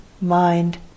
mind